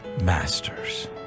Masters